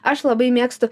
aš labai mėgstu